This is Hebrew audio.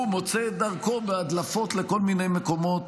מוצא את דרכו בהדלפות לכל מיני מקומות.